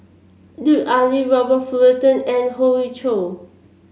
Lut Ali Robert Fullerton and Hoey Choo